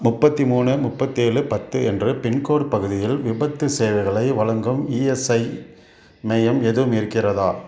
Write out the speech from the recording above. முப்பத்தி மூணு முப்பத்தேழு பத்து என்ற பின்கோடு பகுதியில் விபத்துச் சேவைகளை வழங்கும் இஎஸ்ஐ மையம் எதுவும் இருக்கிறதா